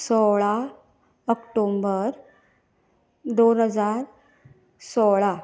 सोळा ऑक्टोबर दोन हजार सोळा